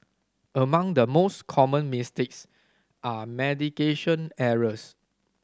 among the most common mistakes are medication errors